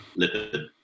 lipid